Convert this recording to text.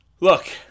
Look